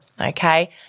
Okay